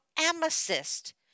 amethyst